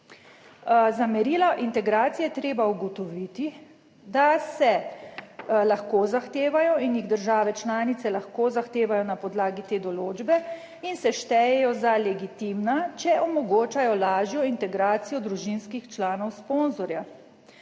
za merila integracije je treba ugotoviti, da se lahko zahtevajo in jih države članice lahko zahtevajo na podlagi te določbe in se štejejo za legitimna, če omogočajo lažjo integracijo družinskih članov sponzorja